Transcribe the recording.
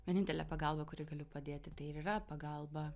vienintelė pagalba kuri galiu padėti tai ir yra pagalba